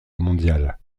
mondiale